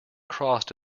crossed